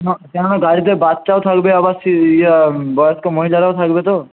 কেন না গাড়িতে বাচ্চাও থাকবে আবার সে ইয়ে বয়স্ক মহিলারাও থাকবে তো